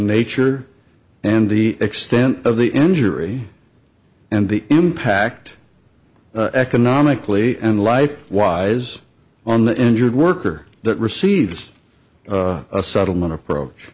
nature and the extent of the injury and the impact economically and life wise on the injured worker that receives a settlement